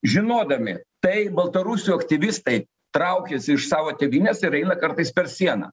žinodami tai baltarusių aktyvistai traukiasi iš savo tėvynės ir eina kartais per sieną